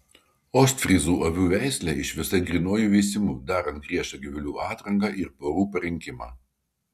ostfryzų avių veislė išvesta grynuoju veisimu darant griežtą gyvulių atranką ir porų parinkimą